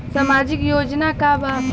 सामाजिक योजना का बा?